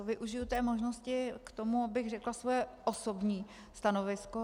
Využiji té možnosti k tomu, abych řekla svoje osobní stanovisko.